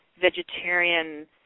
vegetarian